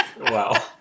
Wow